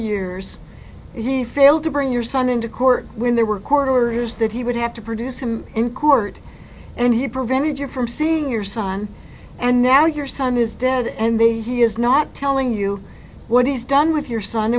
years he failed to bring your son into court when there were court orders that he would have to produce him in court and he prevented you from seeing your son and now your son is dead and they he is not telling you what he's done with your son